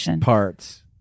parts